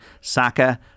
Saka